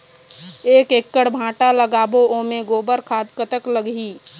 एक एकड़ भांटा लगाबो ओमे गोबर खाद कतक लगही?